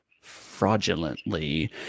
fraudulently